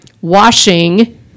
washing